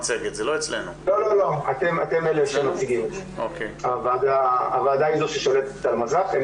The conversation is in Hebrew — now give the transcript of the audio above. יש לנו פוטנציאל לא ממומש משמעותי שיש לנו במגזר החרדי,